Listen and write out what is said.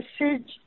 message